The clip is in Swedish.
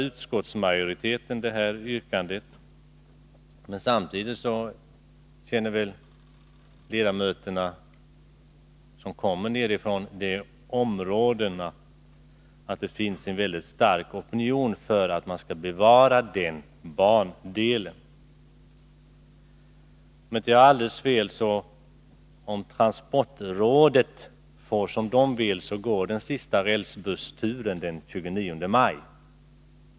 Utskottsmajoriteten avvisar yrkandet, men samtidigt känner väl de ledamöter som kommer från området till att det finns en väldigt stark opinion för att bevara bandelen. Om transportrådet får som det vill — och om jag inte är alldeles fel underrättad — går den sista rälsbussturen den 29 maj.